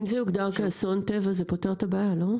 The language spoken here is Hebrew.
אם זה יוגדר כאסון טבע זה פותר את הבעיה לא?